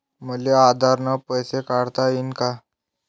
मले आधार न पैसे काढता येईन का?